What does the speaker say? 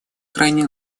крайне